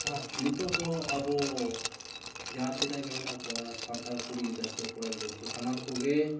ᱦᱳᱭ ᱱᱤᱛᱚᱜ ᱫᱚ ᱟᱵᱚ ᱡᱟᱦᱟᱸ ᱛᱤᱱᱟᱹᱜ ᱜᱮ ᱢᱮᱱᱟᱜ ᱠᱚᱣᱟ ᱥᱟᱱᱛᱟᱲ ᱠᱩᱲᱤ ᱜᱤᱫᱟᱹᱨ ᱠᱚ ᱠᱚᱲᱟ ᱜᱤᱫᱟᱹᱨ ᱠᱚ ᱥᱟᱱᱟᱢ ᱠᱚᱜᱮ